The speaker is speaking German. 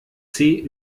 zäh